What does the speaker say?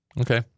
Okay